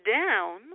down